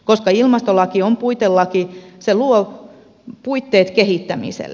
koska ilmastolaki on puitelaki se luo puitteet kehittämiselle